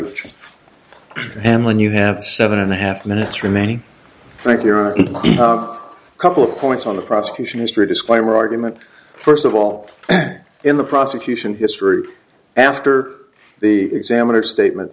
much and when you have a seven and a half minutes remaining think your a couple of points on the prosecution history disclaimer argument first of all in the prosecution history after the examiner statement